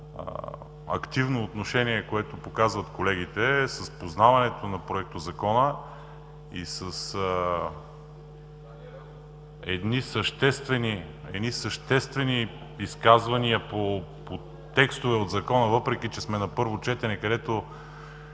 активното отношение, което показват колегите с познаването на Законопроекта, и правят съществени изказвания по текстове от Закона, въпреки че сме на първо четене, където